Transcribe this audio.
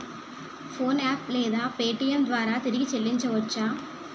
PhonePe లేదా Paytm ద్వారా తిరిగి చల్లించవచ్చ?